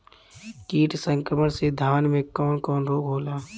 कीट संक्रमण से धान में कवन कवन रोग होला?